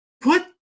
put